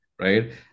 right